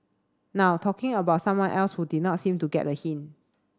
now talking about someone else who did not seem to get a hint